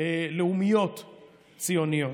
לאומיות ציוניות.